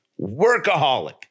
workaholic